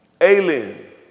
alien